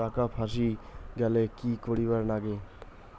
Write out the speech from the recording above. টাকা ফাঁসি গেলে কি করিবার লাগে?